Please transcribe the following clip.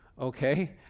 okay